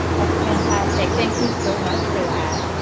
that's fantastic. thank you so much for that,